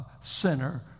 sinner